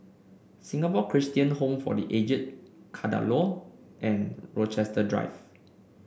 Singapore Christian Home for The Aged Kadaloor and Rochester Drive